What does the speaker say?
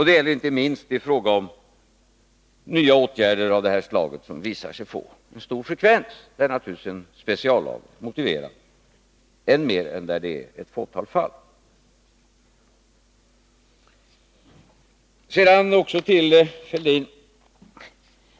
Det gäller inte minst i fråga om nya åtgärder av det här slaget som visar sig få stor frekvens. Naturligtvis är en speciallag än mera motiverad då än när det är fråga om ett fåtal fall. Så ytterligare något till Thorbjörn Fälldin.